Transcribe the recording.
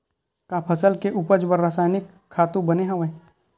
का फसल के उपज बर रासायनिक खातु बने हवय?